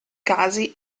casi